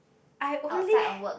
I only